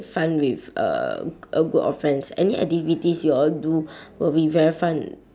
fun with uh a group of friends any activities you all do will be very fun